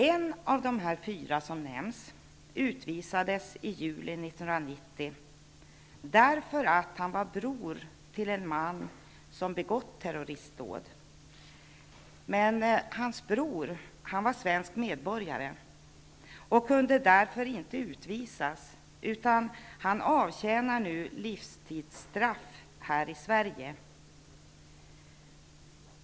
En av de fyra som nämns utvisades i juli 1990 därför att han var bror till en man som begått terroristdåd. Men hans bror var svensk medborgare och kunde därför inte utvisas, utan avtjänar nu livstidsstraff här i Sverige.